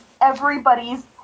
everybody's